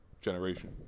generation